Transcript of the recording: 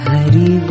Hari